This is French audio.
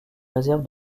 réserve